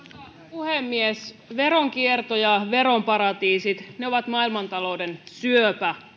puhemies veronkierto ja veroparatiisit ovat maailmantalouden syöpä